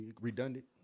redundant